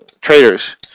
traders